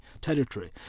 territory